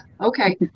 okay